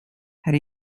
had